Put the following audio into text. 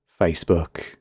Facebook